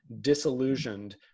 disillusioned